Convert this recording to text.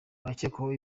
abakekwaho